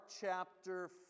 chapter